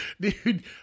Dude